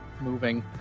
moving